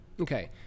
okay